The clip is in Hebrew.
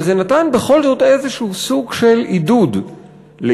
אבל זה נתן בכל זאת איזשהו סוג של עידוד לעיוורים